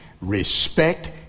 respect